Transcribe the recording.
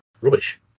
rubbish